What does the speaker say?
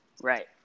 Right